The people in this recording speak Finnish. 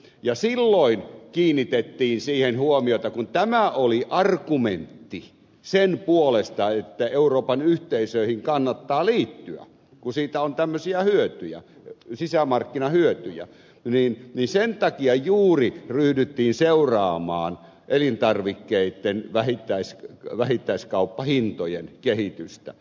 ja silloin kiinnitettiin siihen huomiota kun tämä oli argumentti sen puolesta että euroopan yhteisöihin kannattaa liittyä kun siitä on tämmöisiä hyötyjä sisämarkkinahyötyjä sen takia juuri ryhdyttiin seuraamaan elintarvikkeitten vähittäiskauppahintojen kehitystä